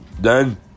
done